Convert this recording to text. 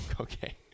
Okay